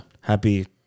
happy